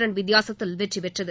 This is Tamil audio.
ரன் வித்தியாசத்தில் வெற்றி பெற்றது